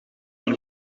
aan